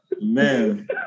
Man